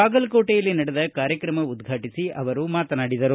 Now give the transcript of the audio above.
ಬಾಗಲಕೋಟೆಯಲ್ಲಿ ನಡೆದ ಕಾರ್ಯಕ್ರಮ ಉದ್ವಾಟಿಸಿ ಅವರು ಮಾತನಾಡಿದರು